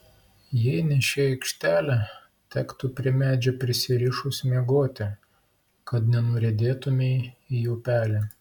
jei ne ši aikštelė tektų prie medžio prisirišus miegoti kad nenuriedėtumei į upelį